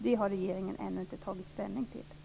Det har regeringen ännu inte tagit ställning till.